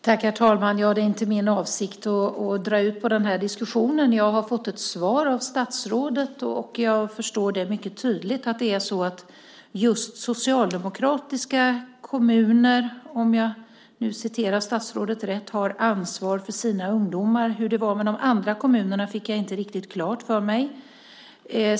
Herr talman! Det är inte min avsikt att dra ut på diskussionen. Jag har fått ett svar av statsrådet. Jag förstår tydligt att just socialdemokratiska kommuner - om jag citerar statsrådet rätt - har ansvar för sina ungdomar. Hur det var med de andra kommunerna fick jag inte riktigt klart för mig.